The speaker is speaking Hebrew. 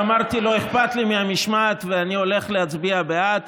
ואמרתי שלא אכפת לי מהמשמעת ושאני הולך להצביע בעד